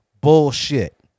Bullshit